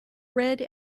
red